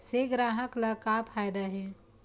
से ग्राहक ला का फ़ायदा हे?